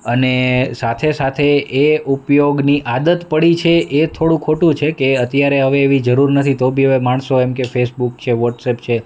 અને સાથે સાથે એ ઉપયોગની આદત પડી છે એ થોડુ ખોટું છે કે અત્યારે હવે એવી જરૂર નથી તો બી હવે માણસો એમ કહે ફેસબુક છે વોટ્સેપ છે